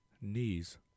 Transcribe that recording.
knees